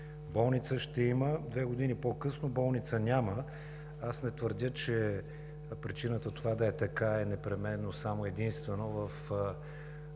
болница ще има. Две години по-късно болница няма. Не твърдя, че причината това да е така е непременно само и единствено в